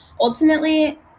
Ultimately